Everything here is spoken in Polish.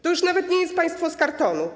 To już nawet nie jest państwo z kartonu.